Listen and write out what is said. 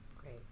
Great